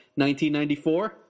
1994